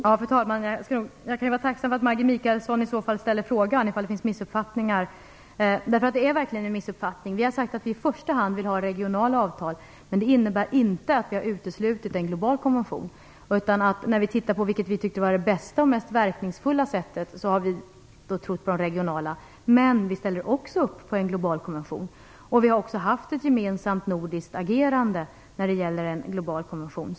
Fru talman! Jag kan vara tacksam att Maggi Mikaelsson i så fall ställer frågan, om det finns missuppfattningar. Det är verkligen en missuppfattning. Vi har sagt att vi i första hand vill ha regionala avtal. Det innebär inte att vi har uteslutit en global konvention. När vi har tittat på vilket vi tycker är det bästa och mest verkningsfulla sättet, har vi trott på regionala avtal. Men vi ställer också upp på en global konvention. Vi har också haft ett gemensamt nordiskt agerande när det gäller en global konvention.